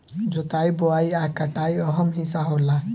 जोताई बोआई आ कटाई अहम् हिस्सा होला